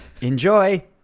Enjoy